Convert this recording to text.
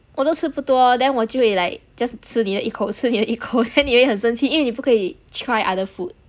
我都吃不多 then 我就会 like just 吃你的一口 then 你会很生气因为你不可以 try other food